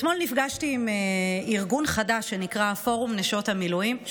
אתמול נפגשתי עם ארגון חדש שנקרא "פורום נשות המילואים"; שוב,